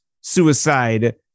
suicide